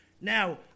Now